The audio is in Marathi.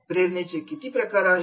प्रेरणेचे किती प्रकार आहेत